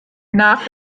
nach